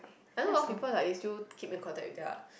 I know a lot of people like they still keep in contact with their